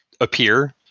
appear